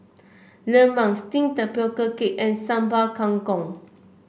lemang steamed Tapioca Cake and Sambal Kangkong